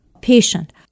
patient